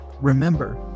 Remember